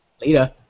Later